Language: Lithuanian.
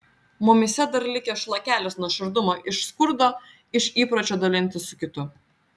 mumyse dar likęs šlakelis nuoširdumo iš skurdo iš įpročio dalintis su kitu